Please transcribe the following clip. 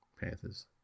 Panthers